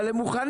אבל הם מוכנים.